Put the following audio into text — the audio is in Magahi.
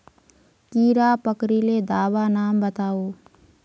कीड़ा पकरिले दाबा नाम बाताउ?